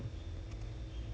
这么多东西 leh